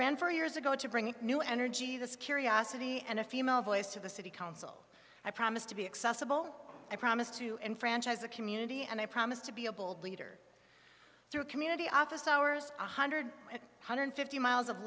ran four years ago to bring new energy this curiosity and a female voice to the city council i promise to be accessible i promise to enfranchise the community and i promise to be a leader through community office hours one hundred hundred fifty miles of